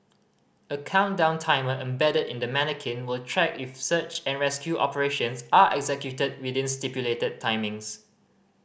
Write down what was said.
a countdown timer embedded in the manikin will track if search and rescue operations are executed within stipulated timings